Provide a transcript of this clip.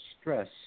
stress